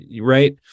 right